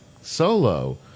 solo